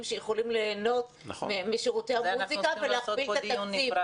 שיכולים להנות משירותי המוסיקה ולהכפיל את התקציב.